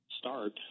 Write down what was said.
start